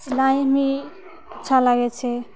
सिलाइ हमे अच्छा लागै छै